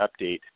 update